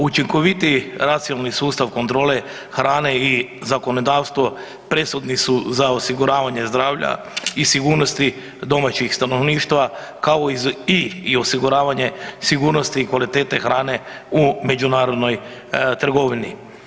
Učinkovitiji racionalni sustav kontrole hrane i zakonodavstvo presudni su za osiguravanje zdravlja i sigurnost domaćih stanovništva kao i osiguravanje sigurnosti i kvalitete hrane u međunarodnoj trgovini.